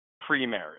pre-marriage